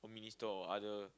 minister or other